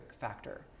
factor